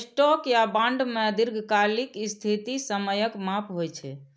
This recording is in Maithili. स्टॉक या बॉन्ड मे दीर्घकालिक स्थिति समयक माप होइ छै